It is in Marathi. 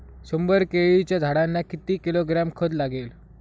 शंभर केळीच्या झाडांना किती किलोग्रॅम खत लागेल?